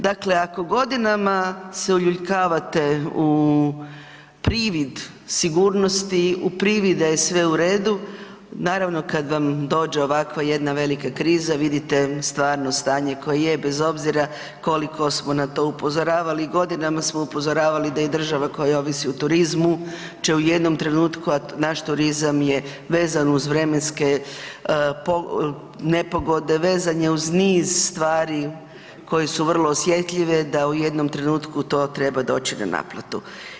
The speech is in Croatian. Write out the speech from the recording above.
Dakle, ako godinama se uljuljkavate u privid sigurnost, u privid da je sve u redu, naravno kad vam dođe ovakva jedna velika kriza vidite stvarno stanje koje je bez obzira koliko smo na to upozoravali i godinama smo upozoravali da je država koja ovisi o turizmu će u jednom trenutku, a naš turizam je vezan uz vremenske nepogode, vezan je uz niz stvari koje su vrlo osjetljive da u jednom trenutku to treba doći na naplatu.